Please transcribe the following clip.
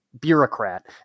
bureaucrat